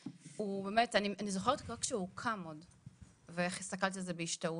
אני זוכרת עוד כשהוא קם עוד ואיך הסתכלתי על זה בהשתאות.